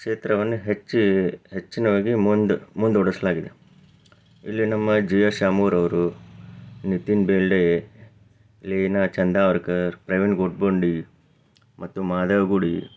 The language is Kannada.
ಕ್ಷೇತ್ರವನ್ನು ಹೆಚ್ಚಿ ಹೆಚ್ಚಿನವಾಗಿ ಮುಂದೆ ಮುಂದೂಡಿಸಲಾಗಿದೆ ಇಲ್ಲಿ ನಮ್ಮ ಜಿ ಎಸ್ ಆಮೂರರವ್ರು ನಿತೀನ್ ಭಿಳ್ಳೆ ಲೀನಾ ಚಂದಾವರ್ಕರ್ ಪ್ರವೀಣ್ ಗುಡ್ಬುಂಡಿ ಮತ್ತು ಮಾಧವ್ ಗುಡಿ